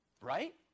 Right